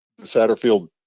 Satterfield